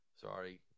sorry